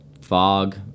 fog